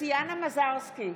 טטיאנה מזרסקי,